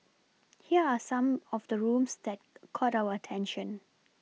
here are some of the rooms that caught our attention